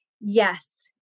yes